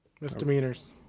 Misdemeanors